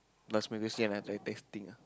last <UNK I I texting ah